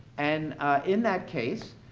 and in that case,